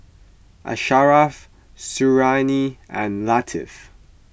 Asharaff Suriani and Latif